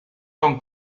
con